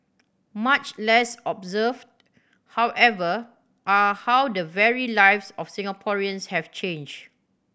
much less observed however are how the very lives of Singaporeans have changed